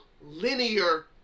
linear